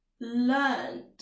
learned